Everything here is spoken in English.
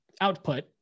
output